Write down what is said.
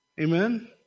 Amen